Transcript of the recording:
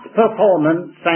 performance